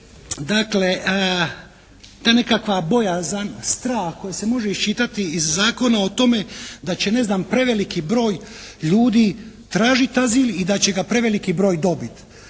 dakle ta nekakva bojazan, strah koji se može iščitati iz zakona o tome da će, ne znam, preveliki broj ljudi tražiti azil i da će ga preveliki broj dobiti.